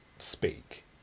speak